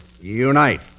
unite